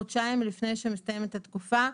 חודשיים לפני שמסתיימת התקופה,